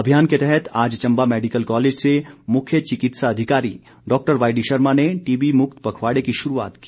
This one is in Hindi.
अभियान के तहत आज चंबा मेडिकल कॉलेज से मुख्य चिकित्सा अधिकारी डॉक्टर वाई डीशर्मा ने टीबी मुक्त पखवाड़े की शुरूआत की